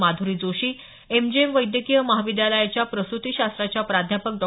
Madhuri Joshi MGM वैद्यकीय महाविद्यालयाच्या प्रसुतीशास्त्राच्या प्राध्यापक डॉ